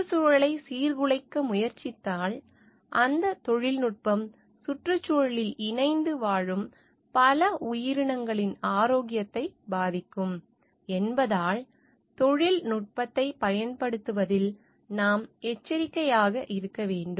சுற்றுச்சூழலை சீர்குலைக்க முயற்சித்தால் அந்த தொழில்நுட்பம் சுற்றுச்சூழலில் இணைந்து வாழும் பல உயிரினங்களின் ஆரோக்கியத்தை பாதிக்கும் என்பதால் தொழில்நுட்பத்தைப் பயன்படுத்துவதில் நாம் எச்சரிக்கையாக இருக்க வேண்டும்